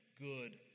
good